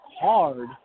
hard